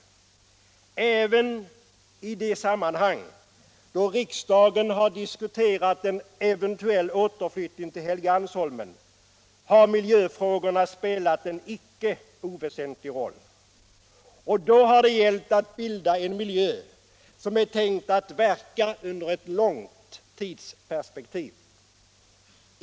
Även i de sammanhang då riksdagen har diskuterat en eventuell återflyttning till Helgeandsholmen har miljöfrågorna spelat en icke oväsentlig roll. Och då har det gällt att bilda en miljö som är tänkt att verka under ett långt tidsperspektiv.